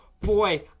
boy